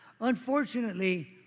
unfortunately